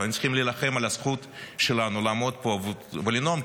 צריכים להילחם על הזכות שלנו לעמוד פה ולנאום,